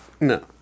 No